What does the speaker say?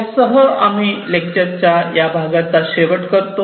यासह आम्ही लेक्चरच्या या भागाचा शेवट करतो